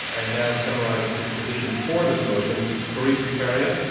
and now summarizing his position for this motion, fareed zakaria,